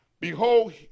behold